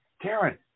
Karen